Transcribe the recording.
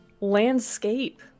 landscape